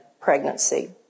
pregnancy